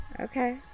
Okay